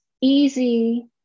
easy